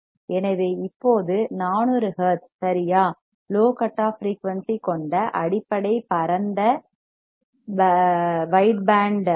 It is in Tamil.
எனவே இப்போது 400 ஹெர்ட்ஸ் சரியா லோ கட் ஆஃப் ஃபிரீயூன்சி கொண்ட அடிப்படை பரந்த வைட் wide பேண்ட் ஆர்